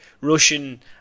Russian